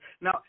Now